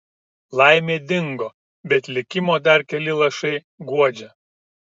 laimė dingo bet likimo dar keli lašai guodžia